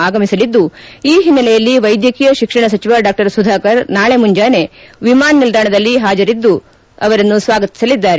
ಆಗಮಿಸಲಿದ್ದು ಈ ಹಿನ್ನೆಲೆಯಲ್ಲಿ ವೈದ್ಯಕೀಯ ಶಿಕ್ಷಣ ಸಚಿವ ಸುಧಾಕರ್ ನಾಳೆ ಮುಂಜಾನೆ ವಿಮಾನ ನಿಲ್ದಾಣದಲ್ಲಿ ಹಾಜರಿದ್ದು ಅವರನ್ನು ಸ್ವಾಗತಿಸಲಿದ್ದಾರೆ